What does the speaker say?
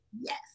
Yes